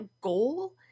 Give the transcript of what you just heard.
goal